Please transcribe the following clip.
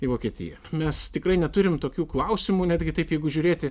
į vokietiją mes tikrai neturim tokių klausimų netgi taip jeigu žiūrėti